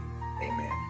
Amen